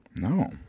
No